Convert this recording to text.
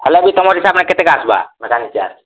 ହେଲା କି ତମର କେତେ କାଁ ଆସ୍ବା